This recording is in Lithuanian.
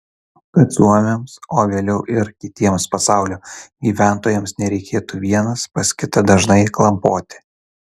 kad suomiams o vėliau ir kitiems pasaulio gyventojams nereikėtų vienas pas kitą dažnai klampoti